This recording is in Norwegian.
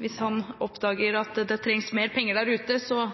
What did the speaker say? hvis han oppdager at det trengs mer penger der ute, så